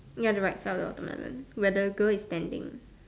ya the right colour of the melon where the girl is standing